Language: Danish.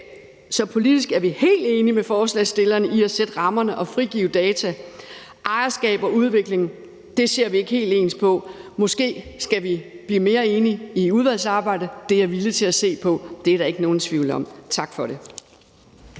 Så politisk er vi helt enige med forslagsstillerne i, at vi skal sætte rammerne og frigive data. Ejerskab og udvikling ser vi ikke helt ens på. Måske skal vi blive mere enige i udvalgsarbejdet. Det er jeg villig til at se på; det er der ikke nogen tvivl om. Tak for det.